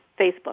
Facebook